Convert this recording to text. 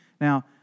Now